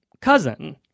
cousin